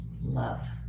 Love